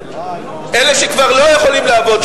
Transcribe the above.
אלה שכבר לא יכולים לעבוד,